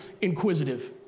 inquisitive